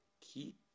keep